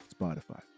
spotify